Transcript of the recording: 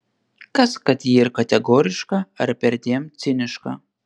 kas kad ji ir kategoriška ar perdėm ciniška